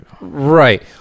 Right